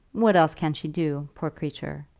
what else can she do, poor creature?